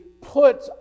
put